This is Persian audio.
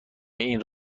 این